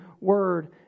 word